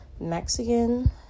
Mexican